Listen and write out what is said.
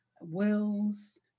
wills